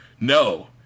No